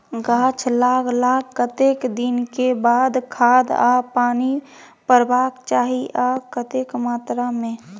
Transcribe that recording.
गाछ लागलाक कतेक दिन के बाद खाद आ पानी परबाक चाही आ कतेक मात्रा मे?